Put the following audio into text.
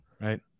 right